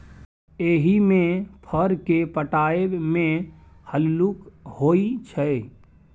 एहिमे फर केँ पटाएब मे हल्लुक होइ छै